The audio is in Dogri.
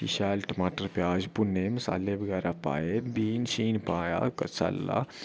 फ्ही शैल टमाटर प्याज भुन्ने मसाले बगैरा पाए बीन शीन पाया कसाला